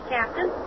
Captain